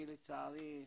אני לצערי,